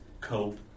cope